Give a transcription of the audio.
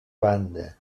banda